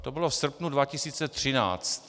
To bylo v srpnu 2013.